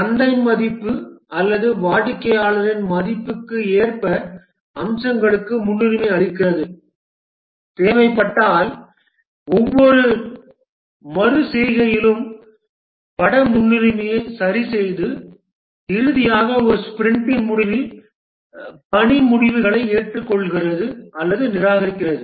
சந்தை மதிப்பு அல்லது வாடிக்கையாளரின் மதிப்புக்கு ஏற்ப அம்சங்களுக்கு முன்னுரிமை அளிக்கிறது தேவைப்பட்டால் ஒவ்வொரு மறு செய்கையிலும் பட முன்னுரிமையை சரிசெய்து இறுதியாக ஒரு ஸ்பிரிண்டின் முடிவில் பணி முடிவுகளை ஏற்றுக்கொள்கிறது அல்லது நிராகரிக்கிறது